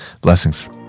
Blessings